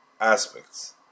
aspects